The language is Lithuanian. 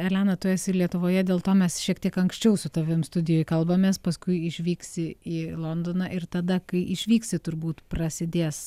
elena tu esi lietuvoje dėl to mes šiek tiek anksčiau su tavim studijoj kalbamės paskui išvyksi į londoną ir tada kai išvyksi turbūt prasidės